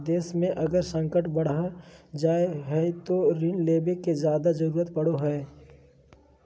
देश मे अगर संकट बढ़ जा हय तो ऋण लेवे के जादे जरूरत पड़ो हय